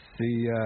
See